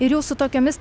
ir jau su tokiomis